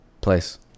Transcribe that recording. Place